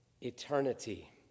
eternity